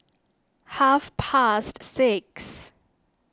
half past six